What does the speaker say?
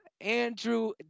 Andrew